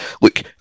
Look